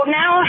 now